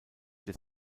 des